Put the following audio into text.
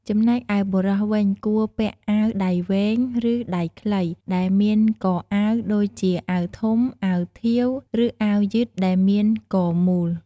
ចំណែកឯបុរសវិញ គួរពាក់អាវដៃវែង ឬដៃខ្លីដែលមានកអាវ ដូចជាអាវធំ អាវធាវ ឬអាវយឺតដែលមានកមូល។